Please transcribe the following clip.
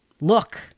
look